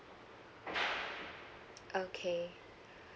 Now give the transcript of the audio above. okay